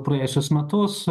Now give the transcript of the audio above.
praėjusius metus